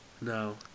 no